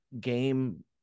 game